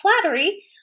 flattery